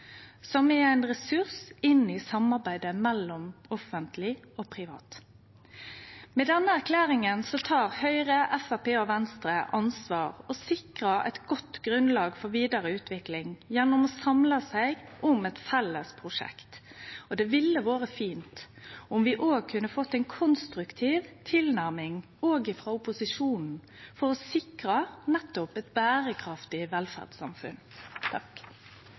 som er ein ressurs inn i samarbeidet mellom det offentlege og det private. Med denne erklæringa tek Høgre, Framstegspartiet og Venstre ansvar og sikrar eit godt grunnlag for vidare utvikling gjennom å samle seg om eit felles prosjekt. Det ville vore fint om vi òg kunne fått ei konstruktiv tilnærming frå opposisjonen, for nettopp å sikre eit berekraftig velferdssamfunn.